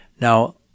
Now